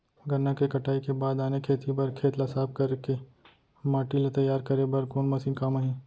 गन्ना के कटाई के बाद आने खेती बर खेत ला साफ कर के माटी ला तैयार करे बर कोन मशीन काम आही?